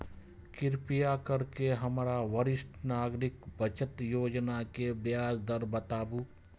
कृपा करके हमरा वरिष्ठ नागरिक बचत योजना के ब्याज दर बताबू